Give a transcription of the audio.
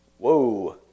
Whoa